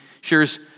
shares